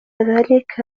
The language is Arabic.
ذاك